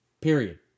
Period